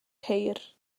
ceir